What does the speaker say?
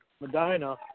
Medina